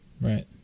Right